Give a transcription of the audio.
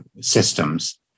systems